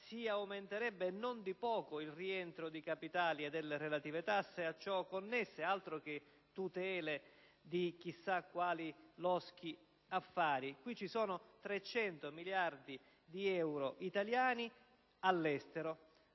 si aumenterebbe, e non di poco, il rientro di capitali e delle relative tasse a ciò connesse. Altro che tutele di chissà quali loschi affari: qui ci sono 300 miliardi di euro italiani all'estero.